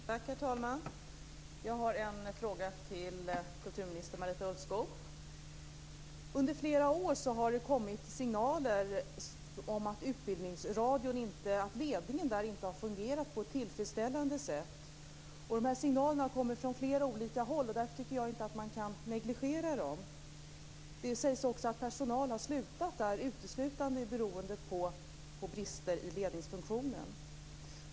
Herr talman! Jag har en fråga till kulturminister Under flera år har det kommit signaler om att ledningen för Utbildningsradion inte har fungerat på ett tillfredsställande sätt. De signalerna kommer från flera olika håll, och därför tycker jag inte att man kan negligera dem. Det sägs också att personal har slutat där uteslutande beroende på brister i ledningsfunktionen.